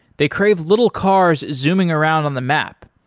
they crave little cars zooming around on the map.